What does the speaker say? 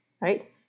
right